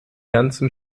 ganzen